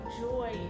joy